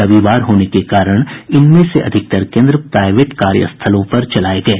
रविवार होने के कारण इनमें से अधिकतर केन्द्र प्राइवेट कार्य स्थलों पर चलाये गये